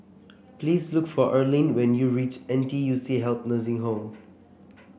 please look for Erline when you reach N T U C Health Nursing Home